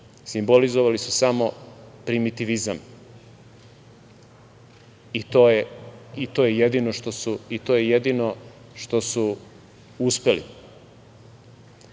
Simbolizovali su samo primitivizam i to je jedino što su uspeli. Znate,